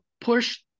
push